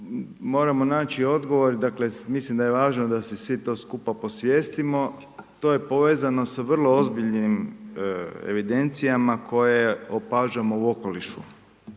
Moramo naći odgovor, dakle, mislim da je važan da si svi to skupa posvijestimo, to je povezano sa vrlo ozbiljnim evidencijama koje opažamo u okolišu.